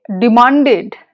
demanded